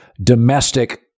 domestic